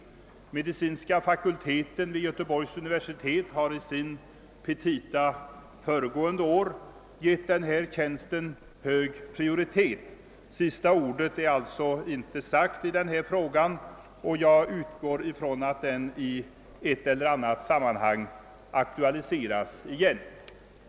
Medicinska fakulteten vid Göteborgs universitet har i sina petita föregående år givit denna tjänst hög prioritet. Sista ordet är alltså inte sagt i frågan, och jag utgår ifrån att den i ett eller annat sammanhang aktualiseras på nytt.